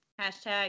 Hashtag